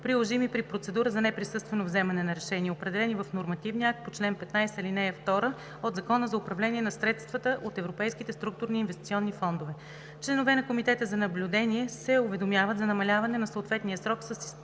приложими при процедура за неприсъствено вземане на решение, определени в нормативния акт по чл. 15, ал. 2 от Закона за управление на средствата от Европейските структурни и инвестиционни фондове. Членовете на комитета за наблюдение се уведомяват за намаляване на съответния срок с